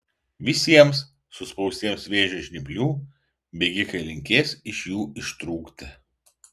visiems suspaustiems vėžio žnyplių bėgikai linkės iš jų ištrūkti